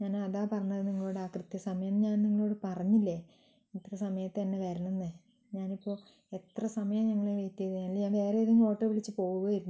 ഞാനതാണ് പറഞ്ഞത് നിങ്ങളോട് ആ കൃത്യസമയം ഞാൻ നിങ്ങളോട് പറഞ്ഞില്ലേ ഇത്ര സമയത്ത് തന്നെ വരണം എന്ന് ഞാനിപ്പോൾ എത്ര സമയമായി നിങ്ങളെ വെയ്റ്റ് ചെയ്തു അല്ലെങ്കിൽ ഞാൻ വേറെയേതെങ്കിലും ഓട്ടോ വിളിച്ച് പോകുമായിരുന്നു